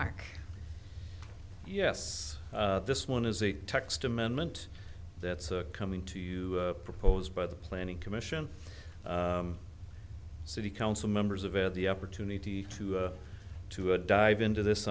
mark yes this one is a text amendment that's coming to you proposed by the planning commission city council members of it the opportunity to to a dive into this